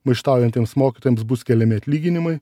maištaujantiems mokytojams bus keliami atlyginimai